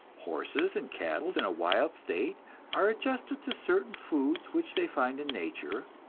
horses and cattle in a wild state are adjusted to certain foods which they find in nature,